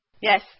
Yes